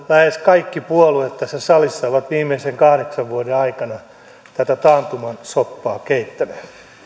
lähes kaikki puolueet tässä salissa ovat viimeisen kahdeksan vuoden aikana tätä taantuman soppaa keittäneet